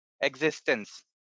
existence